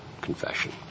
confession